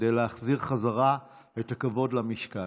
כדי להחזיר את הכבוד למשכן.